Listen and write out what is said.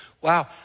Wow